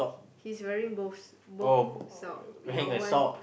he's wearing both both sock your wife